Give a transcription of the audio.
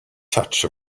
touch